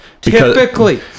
Typically